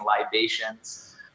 libations